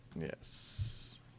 Yes